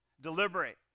deliberate